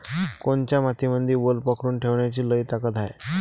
कोनत्या मातीमंदी वल पकडून ठेवण्याची लई ताकद हाये?